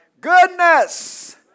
goodness